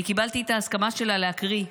אני קיבלתי את ההסכמה שלה להקריא מכתב,